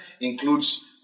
includes